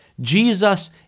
Jesus